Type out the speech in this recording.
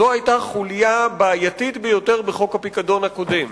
זו היתה חוליה בעייתית ביותר בחוק הפיקדון הקודם,